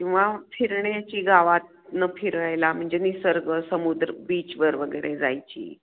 किंवा फिरण्याची गावातून फिरायला म्हणजे निसर्ग समुद्र बीचवर वगैरे जायची